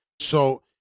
So-